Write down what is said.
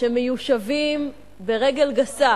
שמיושבים ברגל גסה